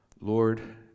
Lord